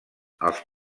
als